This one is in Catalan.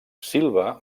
silva